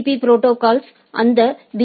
பீ protocols இந்த B